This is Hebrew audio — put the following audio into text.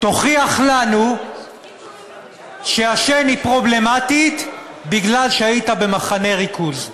תוכיח לנו שהשן היא פרובלמטית מפני שהיית במחנה ריכוז.